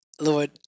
Lord